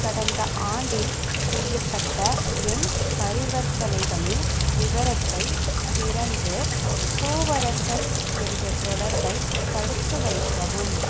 கடந்த ஆண்டில் செய்யப்பட்ட என் பரிவர்த்தனைகளின் விவரத்தைத் திறந்து பூவரசன் என்ற தொடர்பை தடுத்துவைக்கவும்